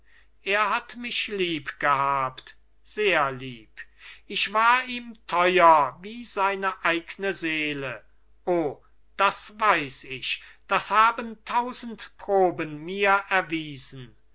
er hat mich liebgehabt sehr lieb ich war ihm teuer wie seine eigne seele o das weiß ich das haben tausend proben mir erwiesen